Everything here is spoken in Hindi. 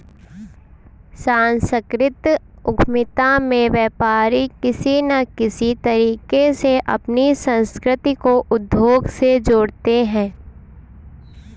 सांस्कृतिक उद्यमिता में व्यापारी किसी न किसी तरीके से अपनी संस्कृति को उद्योग से जोड़ते हैं